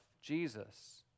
jesus